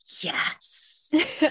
yes